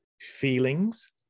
feelings